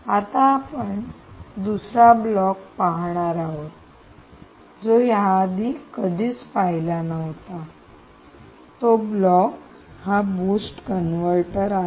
आता आपण दुसरा ब्लॉक पाहणार आहोत जो याआधी कधीच पाहिला नव्हता तो ब्लॉक हा बूस्ट कन्व्हर्टर आहे